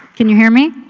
can you hear me?